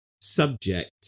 subject